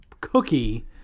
cookie